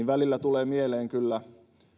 välillä mieleen kyllä